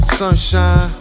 sunshine